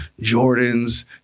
jordan's